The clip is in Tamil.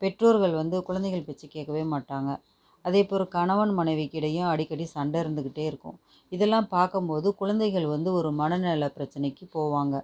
பெற்றோர்கள் வந்து குழந்தைகள் பேச்ச கேட்கவே மாட்டாங்க அதே போல கணவன் மனைவிக்கிடையும் அடிக்கடி சண்டை இருந்துகிட்டே இருக்கும் இதெல்லாம் பார்க்கும்போது குழந்தைகள் வந்து ஒரு மனநிலை பிரச்சினைக்கு போவாங்கள்